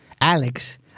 Alex